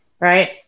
Right